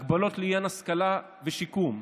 הגבלות לעניין השכלה ושיקום.